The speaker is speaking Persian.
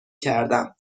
کردم